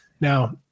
Now